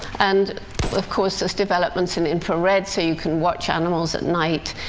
and of course, there's developments in infrared, so you can watch animals at night,